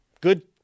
good